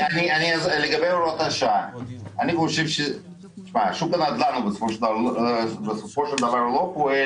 לגבי הוראת השעה, שוק הנדל"ן רואה